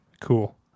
cool